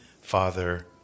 Father